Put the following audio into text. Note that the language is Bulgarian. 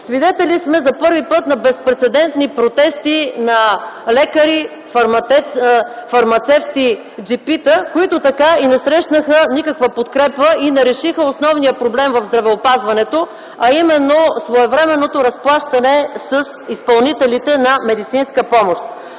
Свидетели сме за първи път на безпрецедентни протести на лекари, фармацевти, джипита, които така и не срещнаха никаква подкрепа и не решиха основния проблем в здравеопазването, а именно своевременното разплащане с изпълнителите на медицинска помощ.